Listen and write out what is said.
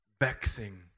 Vexing